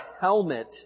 helmet